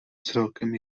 celkem